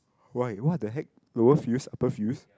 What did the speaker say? why what the heck lower fields upper fields